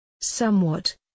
Somewhat